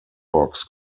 box